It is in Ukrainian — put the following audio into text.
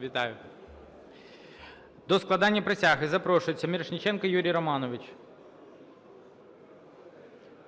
Вітаю. До складення присяги запрошується Мірошниченко Юрій Романович.